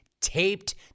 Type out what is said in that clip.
taped